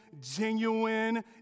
genuine